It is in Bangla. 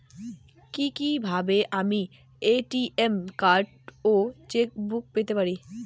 কি কিভাবে আমি এ.টি.এম কার্ড ও চেক বুক পেতে পারি?